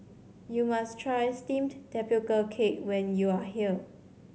you must try steamed tapioca cake when you are here